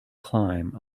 climb